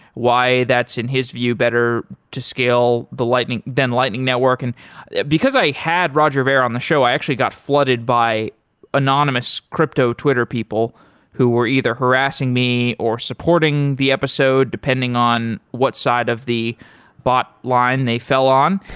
why that's in his view better to scale the lightning than lightning network. and because i had roger ver on the show, i actually got flooded by anonymous crypto-twitter people who were either harassing me, or supporting the episode depending on what side of the bot line they fell on.